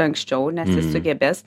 anksčiau nes jis sugebės